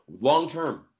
long-term